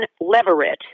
Leverett